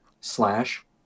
slash